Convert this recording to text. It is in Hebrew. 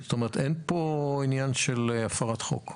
כלומר, אין פה עניין של הפרת חוק.